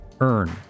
earn